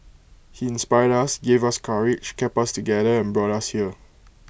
he inspired us gave us courage kept us together and brought us here